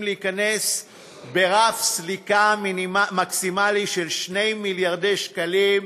להיכנס לרף סליקה מקסימלי של 2 מיליארד שקלים,